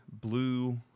blue